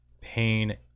pain